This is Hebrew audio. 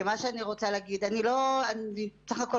מה שאני רוצה להגיד הוא שאני בסך הכול